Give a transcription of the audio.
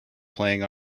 playing